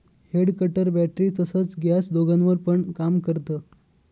head cutter battery तसच gas दोघांवर पण काम करत